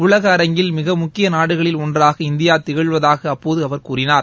உலக அரங்கில் மிக முக்கிய நாடுகளில் ஒன்றாக இந்தியா திகழ்வதாக அப்போது அவர் கூறினார்